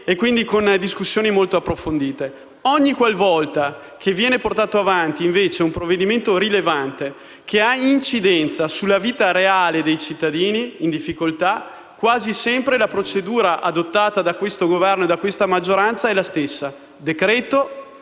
uno per uno, votandoli. Ogniqualvolta viene portato avanti, invece, un provvedimento rilevante che ha incidenza sulla vita reale dei cittadini in difficoltà, quasi sempre la procedura adottata da questo Governo e da questa maggioranza è la stessa, decreto-legge